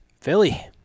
Philly